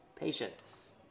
Patience